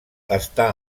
està